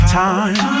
time